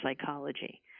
psychology